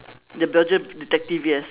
the belgium detective yes